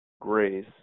grace